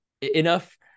enough